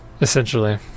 Essentially